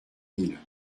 mille